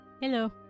Hello